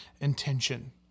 intention